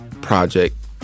project